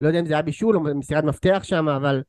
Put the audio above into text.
לא יודע אם זה היה בישול, או מסירת מפתח שם, אבל...